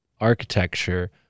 architecture